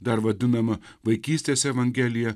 dar vadinama vaikystės evangelija